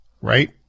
right